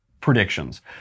predictions